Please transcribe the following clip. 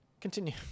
Continue